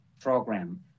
program